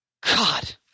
God